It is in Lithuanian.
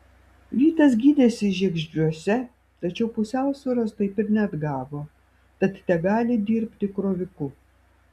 vytas gydėsi žiegždriuose tačiau pusiausvyros taip ir neatgavo tad tegali dirbti kroviku